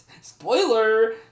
Spoiler